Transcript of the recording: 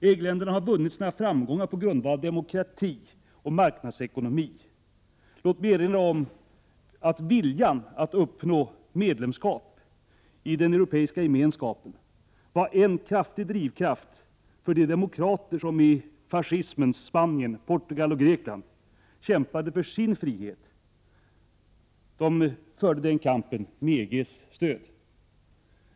EG-länderna har vunnit sina framgångar på grundval av demokrati och marknadsekonomi. Låt mig erinra om att viljan att uppnå medlemskap i den europeiska gemenskapen var en stark drivkraft för de demokrater som i fascismens Spanien, Portugal och Grekland kämpade för sin frihet. De förde den kampen med EG:s stöd.